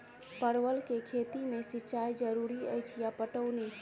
परवल केँ खेती मे सिंचाई जरूरी अछि या पटौनी?